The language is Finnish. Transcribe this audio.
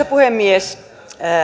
puhemies